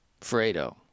Fredo